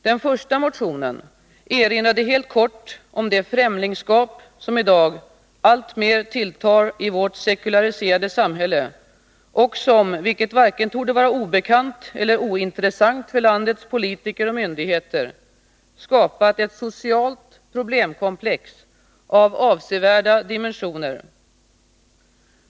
Den första motionen erinrade helt kort om det främlingskap som i dag alltmer tilltar i vårt sekulariserade samhälle och som — vilket varken torde vara obekant eller ointressant för landets politiker och myndigheter — skapat ett socialt problemkomplex av avsevärda dimensioner.